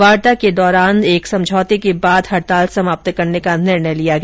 वार्ता के दौरान समझौते के बाद हडताल समाप्त करने का निर्णय लिया गया